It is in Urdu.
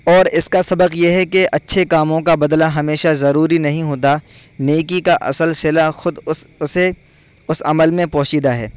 اور اس کا سبق یہ ہے کہ اچھے کاموں کا بدلہ ہمیشہ ضروری نہیں ہوتا نیکی کا اصل صلہ خود اس اسے اس عمل میں پوشیدہ ہے